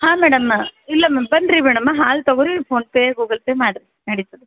ಹಾಂ ಮೇಡಮ್ಮ ಇಲ್ಲ ಮ್ಯಾಮ್ ಬನ್ರಿ ಮೇಡಮ್ಮ ಹಾಲು ತೊಗೊಳಿ ಫೋನ್ಪೇ ಗೂಗಲ್ಪೇ ಮಾಡಿರಿ ನಡೀತದೆ